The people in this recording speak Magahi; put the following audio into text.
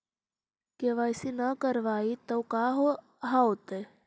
के.वाई.सी न करवाई तो का हाओतै?